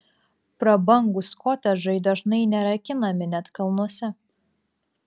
prabangūs kotedžai dažnai nerakinami net kalnuose